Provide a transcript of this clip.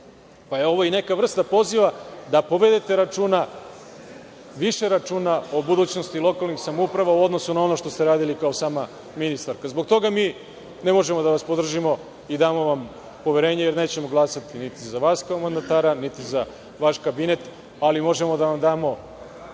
pa je ovo i neka vrsta poziva da povedete više računa o budućnosti lokalnih samouprava u odnosu na ono što ste radili kao sama ministarka. Zbog toga mi ne možemo da vas podržimo i damo vam poverenje. Nećemo glasati niti za vas kao mandatara, niti za vaš kabinet. Ali, možemo da vam damo